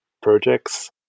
projects